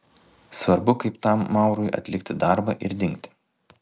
svarbu kaip tam maurui atlikti darbą ir dingti